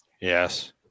yes